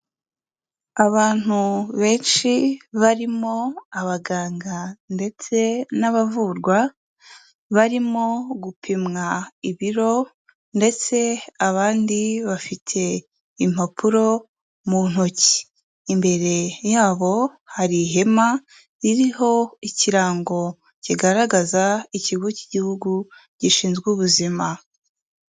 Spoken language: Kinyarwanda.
Abantu benshi barimo abaganga ndetse n'abavurwa, barimo gupimwa ibiro ndetse abandi bafite impapuro mu ntoki, imbere yabo hari ihema ririho ikirango kigaragaza ikigo cy'Igihugu gishinzwe Ubuzima.